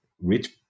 rich